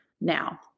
now